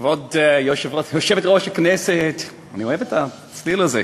כבוד יושבת-ראש הכנסת, אני אוהב את הצליל הזה,